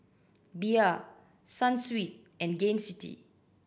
Bia Sunsweet and Gain City